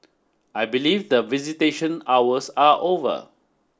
I believe that visitation hours are over